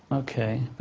ok,